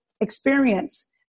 experience